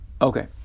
okay